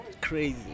crazy